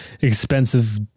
expensive